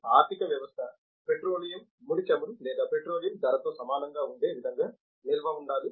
ఆర్థిక వ్యవస్థ పెట్రోలియం ముడి చమురు లేదా పెట్రోలియం ధరతో సమానంగా ఉండే విధంగా నిల్వ ఉండాలి